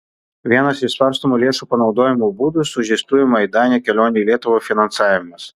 vienas iš svarstomų lėšų panaudojimo būdų sužeistųjų maidane kelionių į lietuvą finansavimas